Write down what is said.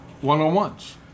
one-on-ones